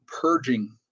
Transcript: purging